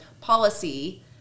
policy